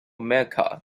mecca